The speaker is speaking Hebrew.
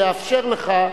ואאפשר לך,